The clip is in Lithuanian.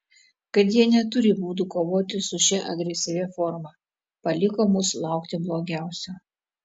kad jie neturi būdų kovoti su šia agresyvia forma paliko mus laukti blogiausio